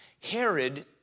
Herod